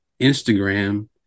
Instagram